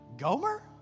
Gomer